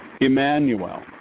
Emmanuel